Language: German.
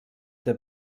der